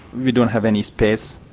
we don't have any space,